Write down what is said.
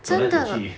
走来走去